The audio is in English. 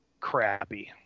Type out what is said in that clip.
crappy